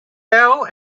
bell